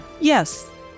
Yes